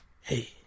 Hey